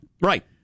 Right